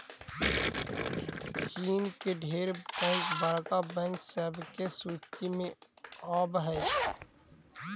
चीन के ढेर बैंक बड़का बैंक सब के सूची में आब हई